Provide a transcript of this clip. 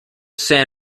san